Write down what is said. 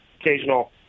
occasional